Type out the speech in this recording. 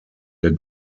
der